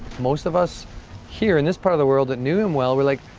most of us here in this part of the world that knew him well, were like,